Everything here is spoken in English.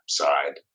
side